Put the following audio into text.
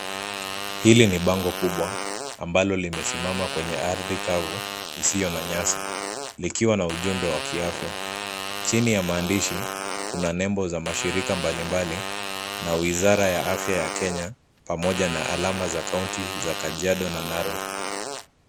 Hili ni bango kubwa ambalo limesimama kwenye ardhi kavu isiyo na nyasi likiwa na ujumbe wa kiafya. Chini ya maandishi kuna nembo za mashirika mbalimbali na wizara ya afya ya Kenya pamoja na alama za kaunti za Kajiado na Narok.